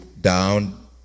down